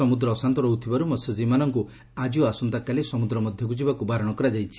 ସମୁଦ୍ର ଅଶାନ୍ତ ରହୁଥିବାରୁ ମହ୍ୟଜୀବୀମାନଙ୍କୁ ଆଜି ଓ ଆସନ୍ତାକାଲି ସମୁଦ୍ର ମଧ୍ଧକୁ ଯିବାକୁ ବାରଣ କରାଯାଇଛି